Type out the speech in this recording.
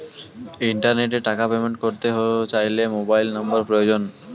ইন্টারনেটে টাকা পেমেন্ট করতে চাইলে মোবাইল নম্বর প্রয়োজন